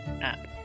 app